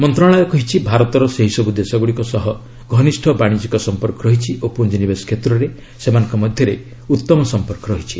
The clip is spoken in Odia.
ମନ୍ତ୍ରଣାଳୟ କହିଛି ଭାରତର ସେହିସବୁ ଦେଶଗ୍ରଡ଼ିକ ସହ ଘନିଷ୍ଠ ବାଣିଜ୍ୟିକ ସଂପର୍କ ରହିଛି ଓ ପୁଞ୍ଜିନିବେଶ କ୍ଷେତ୍ରରେ ସେମାନଙ୍କ ମଧ୍ୟରେ ଉଉମ ସଂପର୍କ ରହିଛି